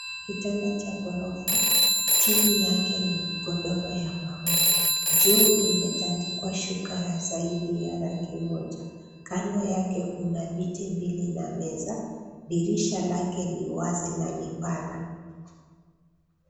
Kitanda cha ghorofa ,chini yake ni godoro ya maua. Juu imetandikwa shuka ya zaidi ya rangi moja. Kando yake Kuna viti mbili na meza, dirisha lake ni wazi na ni pana.